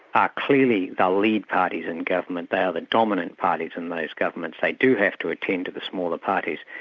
are clearly the lead parties in government, they are the dominant parties in those governments. they do have to attend to the smaller parties,